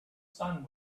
sun